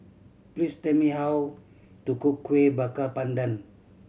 please tell me how to cook Kueh Bakar Pandan